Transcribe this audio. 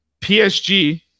PSG